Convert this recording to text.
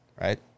Right